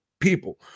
people